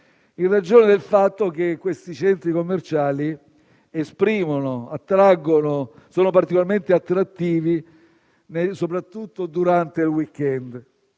in ragione del fatto che i centri commerciali sono particolarmente attrattivi, soprattutto durante il *weekend*.